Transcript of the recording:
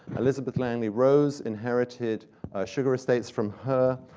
elizabeth langley rose inherited sugar estates from her